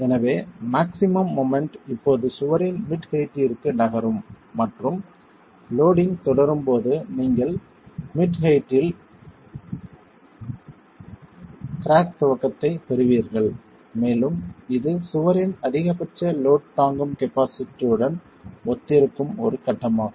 எனவே maximum moment இப்போது சுவரின் மிட் ஹெயிட்டிற்கு நகரும் மற்றும் லோடிங் தொடரும் போது நீங்கள் மிட் ஹெயிட்டில் கிராக் துவக்கத்தை பெறுவீர்கள் மேலும் இது சுவரின் அதிகபட்ச லோட் தாங்கும் கபாஸிட்டியுடன் ஒத்திருக்கும் ஒரு கட்டமாகும்